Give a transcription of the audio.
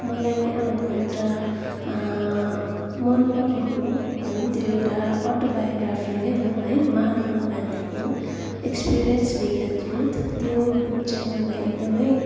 मलाई अब एउटा मन परेको भनौँ त्यो एउटा अटोबायोग्राफी नै हो है महात्मा गान्धीको एक्सपिरियन्स विथ द ट्रुथ त्यो बुक चाहिँ मलाई एकदमै